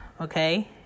okay